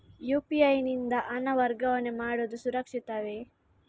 UPI ಯಿಂದ ಹಣ ವರ್ಗಾವಣೆ ಮಾಡುವುದು ಸುರಕ್ಷಿತವೇ?